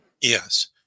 yes